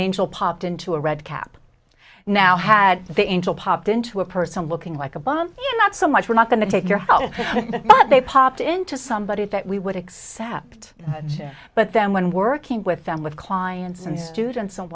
angel popped into a red cap now had the angel popped into a person looking like a bomb not so much we're not going to take your help but they popped into somebody that we would accept but then when working with them with clients and students and